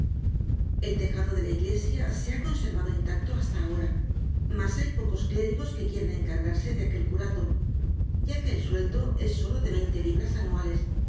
el tejado de la iglesia se ha conservado intacto hasta ahora mas hay pocos clérigos que quieran encargarse de aquel curato ya que el sueldo es sólo de veinte libras anuales